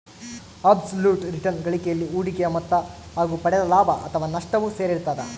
abs ಲುಟ್ return ಗಳಿಕೆಯಲ್ಲಿ ಹೂಡಿಕೆಯ ಮೊತ್ತ ಹಾಗು ಪಡೆದ ಲಾಭ ಅಥಾವ ನಷ್ಟವು ಸೇರಿರ್ತದ